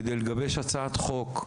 כדי לגבש הצעת חוק,